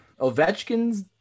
Ovechkin's